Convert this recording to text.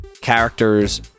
Characters